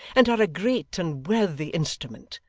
and are a great and worthy instrument.